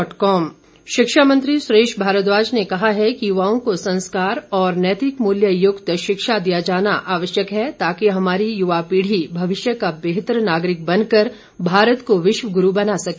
सुरेश भारद्वाज शिक्षा मंत्री सुरेश भारद्वाज ने कहा है कि युवाओं को संस्कार और नैतिक मूल्य युक्त शिक्षा दिया जाना आवश्यक है ताकि हमारी युवा पीढ़ी भविष्य का बेहतर नागरिक बनकर भारत को विश्व गुरू बना सके